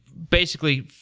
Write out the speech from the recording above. basically,